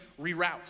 reroute